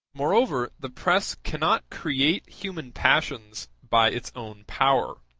moreover, the press cannot create human passions by its own power,